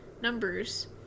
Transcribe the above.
numbers